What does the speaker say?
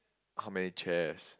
how many chairs